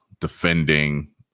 defending